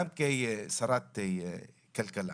גם כשרת כלכלה,